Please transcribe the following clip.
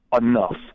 enough